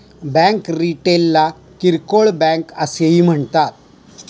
bank रिटेलला किरकोळ bank असेही म्हणतात